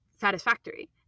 satisfactory